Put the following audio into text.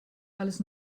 alles